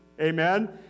Amen